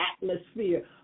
atmosphere